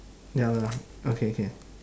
ya lah okay okay